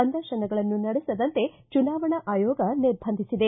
ಸಂದರ್ಶನಗಳನ್ನು ನಡೆಸದಂತೆ ಚುನಾವಣಾ ಆಯೋಗ ನಿರ್ಭಂಧಿಸಿದೆ